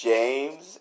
James